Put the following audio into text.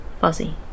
fuzzy